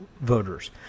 voters